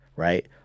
Right